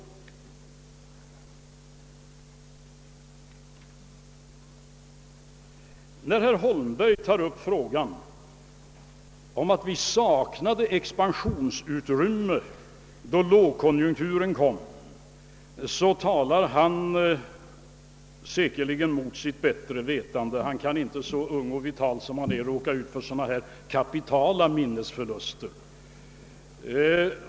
När herr Holmberg gör gällande att vi saknade expansionsutrymme då lågkonjunkturen kom, talar han säkerligen mot sitt bättre vetande. Han kan inte, så ung och vital som han är, råka ut för så kapitala minnesförluster.